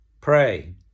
Pray